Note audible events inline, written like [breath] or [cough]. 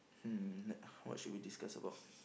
hmm [breath] what should we discuss about